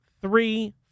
three